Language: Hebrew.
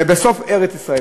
ובסוף, ארץ-ישראל.